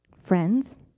Friends